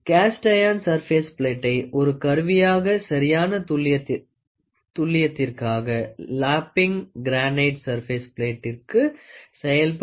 caste iron surface பிலேட்டை ஒரு கருவியாக சரியான துல்லியத்திற்காக லாப்பிங் க்ரானைட் சர்பாஸ் பிலேட்டிற்கு செயல்படும்